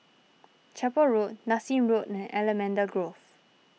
Chapel Road Nassim Road and Allamanda Grove